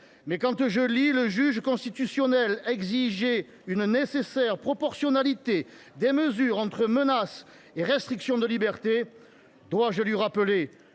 quand je lis que le juge constitutionnel exige une « nécessaire proportionnalité des mesures entre menace et restriction de libertés », dois je rappeler